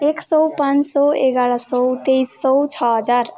एक सौ पाँच सौ एघार सौ तेइस सौ छ हजार